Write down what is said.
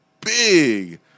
big